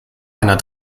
einer